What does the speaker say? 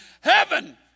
Heaven